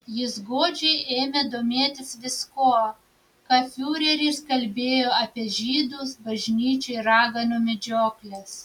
jis godžiai ėmė domėtis viskuo ką fiureris kalbėjo apie žydus bažnyčią ir raganų medžiokles